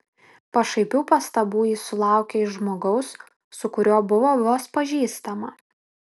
pašaipių pastabų ji sulaukė iš žmogaus su kuriuo buvo vos pažįstama